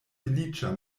feliĉa